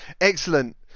excellent